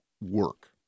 work